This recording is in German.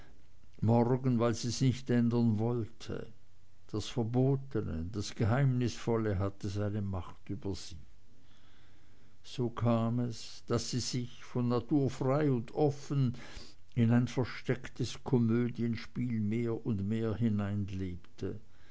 morgen weil sie's nicht ändern wollte das verbotene das geheimnisvolle hatte seine macht über sie so kam es daß sie sich von natur frei und offen in ein verstecktes komödienspiel mehr und mehr